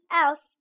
else